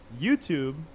YouTube